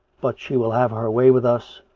but she will have her way with us,